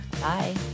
Bye